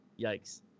Yikes